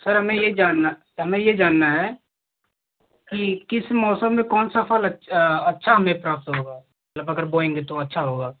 sir हमें ये जानना तो हमें ये जानना है कि किस मौसम में कौन सा फल अच अच्छा हमें प्राप्त होगा जब अगर बोएँगे तो अच्छा होगा